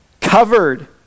covered